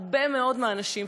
הרבה מאוד מהנשים,